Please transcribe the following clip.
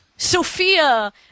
Sophia